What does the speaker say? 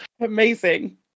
Amazing